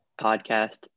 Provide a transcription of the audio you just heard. podcast